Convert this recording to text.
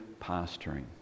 pastoring